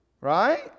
right